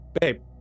Babe